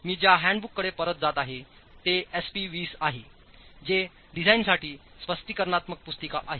मी ज्याहँडबुक कडेपरतजात आहे ते एसपी 20 आहे जे डिझाइनसाठी स्पष्टीकरणात्मक पुस्तिका आहे